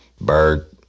Bird